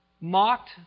mocked